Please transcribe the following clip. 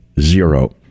Zero